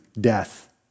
death